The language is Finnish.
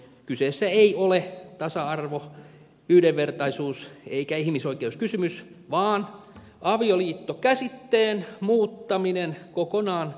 kyseessä ei ole tasa arvo yhdenvertaisuus eikä ihmisoi keuskysymys vaan avioliittokäsitteen muuttaminen kokonaan toiseksi